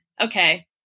Okay